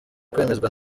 kwemezwa